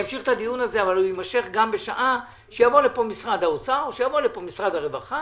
אבל הוא יימשך גם בשעה שיבוא לכאן משרד האוצר או שיבוא לכאן משרד הרווחה